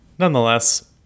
Nonetheless